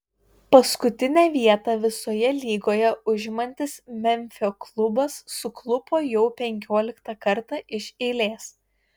paskutinę vietą visoje lygoje užimantis memfio klubas suklupo jau penkioliktą kartą iš eilės